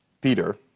Peter